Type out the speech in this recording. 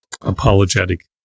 apologetic